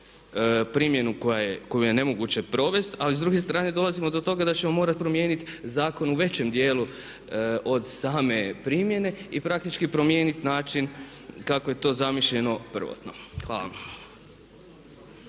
primjenu koju je nemoguće provesti ali s druge strane dolazimo do toga da ćemo morati promijeniti zakon u većem dijelu od same primjene i praktički promijeniti način kako je to zamišljeno prvotno. Hvala